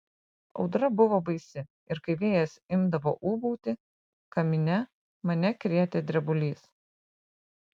audra buvo baisi ir kai vėjas imdavo ūbauti kamine mane krėtė drebulys